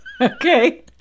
Okay